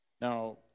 Now